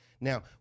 Now